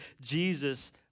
Jesus